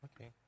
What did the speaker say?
Okay